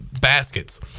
baskets